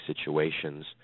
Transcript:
situations